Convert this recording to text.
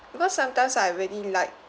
because sometimes I really like